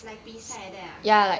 like 比赛 like that ah